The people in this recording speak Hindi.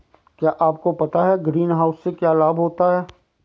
क्या आपको पता है ग्रीनहाउस से क्या लाभ होता है?